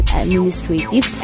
administrative